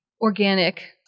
organic